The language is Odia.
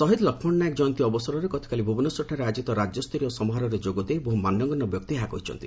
ଶହୀଦ୍ ଲକ୍ଷ୍ମଣ ନାୟକ ଜୟନ୍ତୀ ଅବସରରେ ଗତକାଲି ଭୁବନେଶ୍ୱରଠାରେ ଆୟୋଜିତ ରାକ୍ୟସ୍ତରୀୟ ସମାରୋହରେ ଯୋଗଦେଇ ବହୁ ମାନ୍ୟଗଣ୍ୟ ବ୍ୟକ୍ତି ଏହା କହିଛନ୍ତି